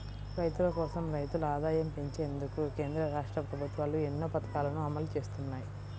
రైతుల కోసం, రైతుల ఆదాయం పెంచేందుకు కేంద్ర, రాష్ట్ర ప్రభుత్వాలు ఎన్నో పథకాలను అమలు చేస్తున్నాయి